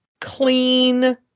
clean